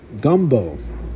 gumbo